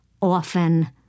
often